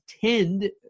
tend